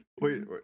Wait